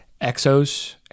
Exos